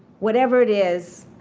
whatever it is,